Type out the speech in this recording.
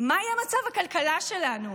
מה יהיה מצב הכלכלה שלנו,